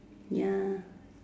ya